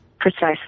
Precisely